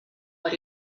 what